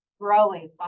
growing